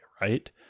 right